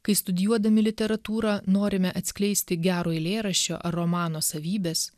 kai studijuodami literatūrą norime atskleisti gero eilėraščio ar romano savybes